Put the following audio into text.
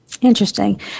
Interesting